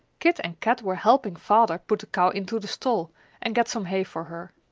kit and kat were helping father put the cow into the stall and get some hay for her.